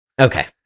Okay